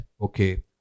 okay